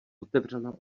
otevřela